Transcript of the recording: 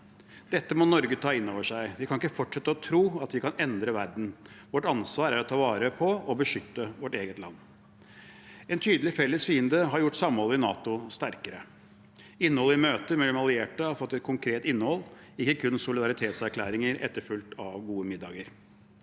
Dette må Norge ta inn over seg. Vi kan ikke fortsette å tro at vi kan endre verden. Vårt ansvar er å ta vare på og beskytte vårt eget land. En tydelig felles fiende har gjort samholdet i NATO sterkere. Innholdet i møter mellom allierte har fått et konkret innhold, ikke kun solidaritetserklæringer etterfulgt av gode middager.